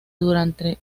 durante